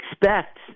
expect